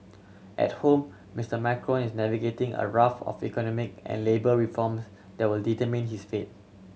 at home Mister Macron is navigating a raft of economic and labour reforms that will determine his fates